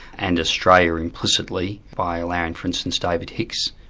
and australia implicitly by allowing for instance david hicks,